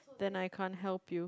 then I can't help you